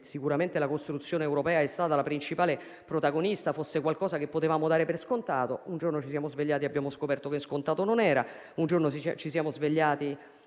sicuramente la costruzione europea è stata la principale protagonista, fosse qualcosa che potevamo dare per scontato. Un giorno, però, ci siamo svegliati e abbiamo scoperto che scontato non era; un giorno ci siamo svegliati